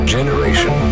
Generation